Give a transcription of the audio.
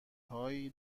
هایی